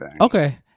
Okay